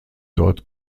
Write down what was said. dort